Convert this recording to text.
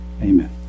Amen